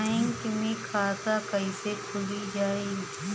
Bank मे खाता कईसे खुली हो?